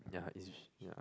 yeah it's yeah